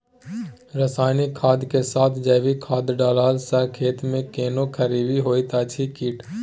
रसायनिक खाद के साथ जैविक खाद डालला सॅ खेत मे कोनो खराबी होयत अछि कीट?